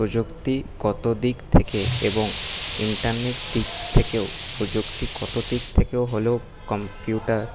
প্রযুক্তি কতো দিক থেকে এবং ইন্টারনেট দিক থেকেও প্রযুক্তি কতো দিক থেকে হলেও কম্পিউটার